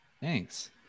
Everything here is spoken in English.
Thanks